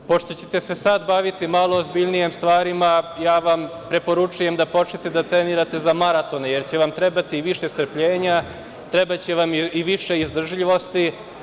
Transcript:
Pošto ćete se sada baviti malo ozbiljnijim stvarima, ja vam preporučujem da počnete da trenirate za maraton, jer će vam trebati više strpljenja, trebaće vam i više izdržljivosti.